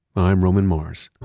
i'm roman mars